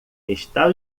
está